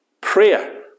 prayer